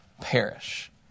perish